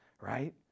Right